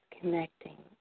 connecting